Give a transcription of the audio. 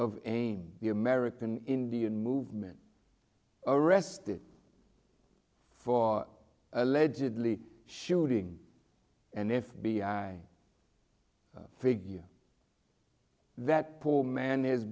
of aim the american indian movement arrested for allegedly shooting an f b i figure that poor man has